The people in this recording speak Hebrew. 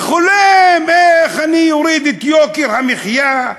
וחולם: איך אני אוריד את יוקר המחיה,